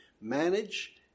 manage